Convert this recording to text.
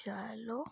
hello